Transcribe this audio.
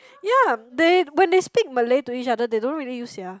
ya they when they speak Malay to each other they don't really use sia